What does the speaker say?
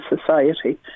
society